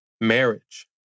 marriage